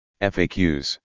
FAQs